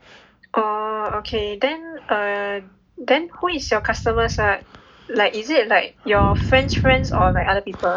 oh okay then err then who is your customers err like is it like your friends' friends or like other people